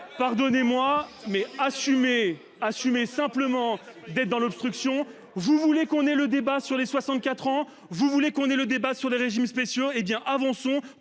Pardonnez-moi mais. Assumer simplement d'être dans l'obstruction. Vous voulez qu'on ait le débat sur les 64 ans. Vous voulez qu'on ait le débat sur les régimes spéciaux hé bien avançons